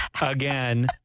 again